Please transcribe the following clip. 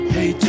Hey